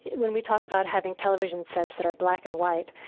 when we talk about having television sets that are black and white,